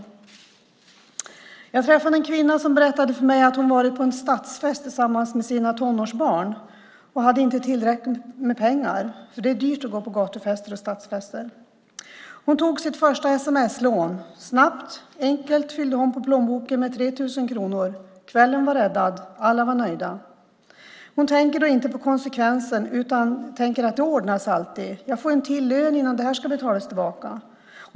Jag träffade en kvinna som berättade för mig att hon varit på en stadsfest tillsammans med sina tonårsbarn men inte hade tillräckligt med pengar. Det är dyrt att gå på gatufester och stadsfester. Hon tog sitt första sms-lån. Snabbt och enkelt fyllde hon på plånboken med 3 000 kronor. Kvällen var räddad. Alla var nöjda. Hon tänker då inte på konsekvensen utan: Det ordnar sig alltid, jag får en till lön innan det här ska betalas tillbaka.